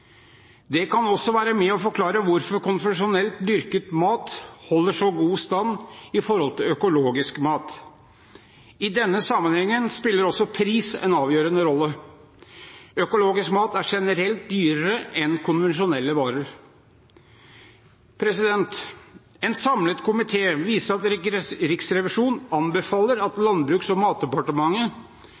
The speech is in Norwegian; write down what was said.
Det kan også være med på å forklare hvorfor konvensjonelt dyrket mat holder så god stand i forhold til økologisk mat. I denne sammenheng spiller også pris en avgjørende rolle. Økologisk mat er generelt dyrere enn konvensjonelle varer. En samlet komité viser til at Riksrevisjonen anbefaler at Landbruks- og matdepartementet